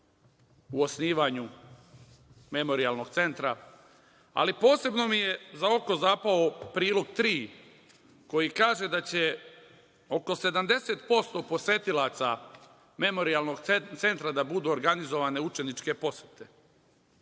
u osnivanju Memorijalnog centra, ali posebno mi je za oko zapao prilog 3 koji kaže da će oko 70% posetilaca Memorijalnog centra da budu organizovane učeničke posete. Mislim